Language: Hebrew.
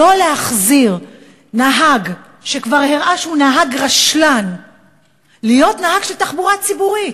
לא להחזיר נהג שכבר הראה שהוא נהג רשלן להיות נהג של תחבורה ציבורית,